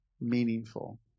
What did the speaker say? meaningful